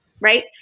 right